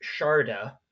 Sharda